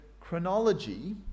chronology